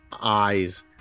eyes